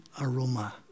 aroma